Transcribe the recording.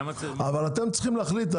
למה צריך --- אבל אתם צריכים להחליט.